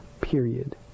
period